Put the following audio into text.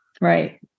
right